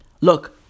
look